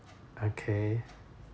okay